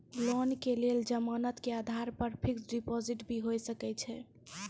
Loan के लेल जमानत के आधार पर फिक्स्ड डिपोजिट भी होय सके छै?